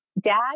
dad